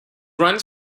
runs